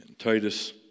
Titus